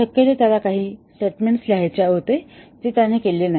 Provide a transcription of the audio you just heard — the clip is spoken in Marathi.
शक्यतो त्याला फक्त काही स्टेटमेंट लिहायचे होते जे त्याने केले नाही